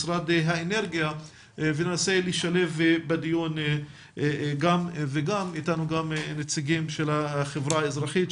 משרד האנרגיה וננסה לשלב בדיון גם ואיתנו גם נציגים של החברה האזרחית,